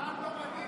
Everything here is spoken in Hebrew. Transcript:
העם לא מתאים לכם.